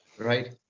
Right